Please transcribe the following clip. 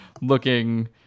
looking